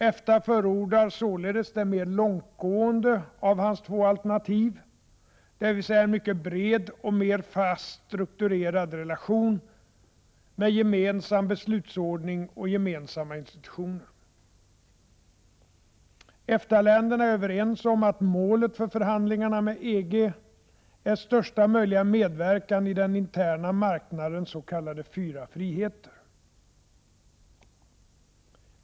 EFTA förordar således det mer långtgående av hans två alternativ, dvs. en mycket bred och mer fast strukturerad relation med gemensam beslutsordning och gemensamma institutioner. - EFTA-länderna är överens om att målet för förhandlingarna med EG är största möjliga medverkan i den interna marknadens s.k. fyra friheter.